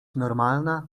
normalna